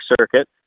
circuit